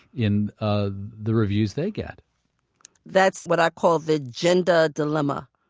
in ah the reviews they get that's what i call the gender dilemma.